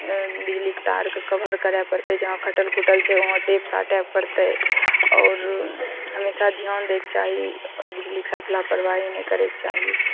बिजलीके तारके कवर करय पड़तय जहाँ कटल खुटल छै वहाँ टेप साटय पड़तय आओर हमेशा ध्यान दैके चाही बिजलीके साथ लापरवाही नहि करयके चाही